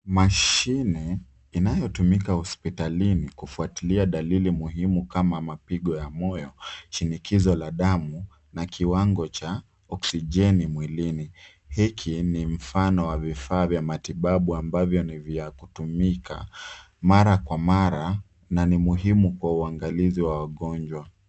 Mashine inayotumika hospitalini kufuatilia dalili muhimu kama mapigo ya moyo, shinikizo ya damu na kiwango cha okisjeni mwilini. Hiki ni mfano wa vifaa vya matibabu ambavyo hutumika mara kwa mara na ni muhimu kwa uangalizi wa wagonjwa.